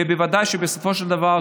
בוודאי שבסופו של דבר,